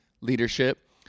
leadership